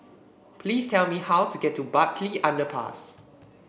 please tell me how to get to Bartley Underpass